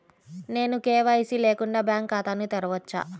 నేను కే.వై.సి లేకుండా బ్యాంక్ ఖాతాను తెరవవచ్చా?